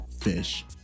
fish